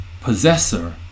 Possessor